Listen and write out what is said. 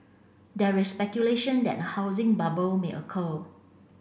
there is speculation that a housing bubble may occur